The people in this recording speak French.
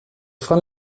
freins